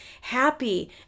happy